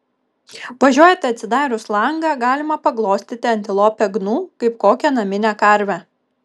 važiuojate atsidarius langą galima paglostyti antilopę gnu kaip kokią naminę karvę